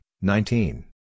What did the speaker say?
nineteen